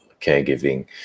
caregiving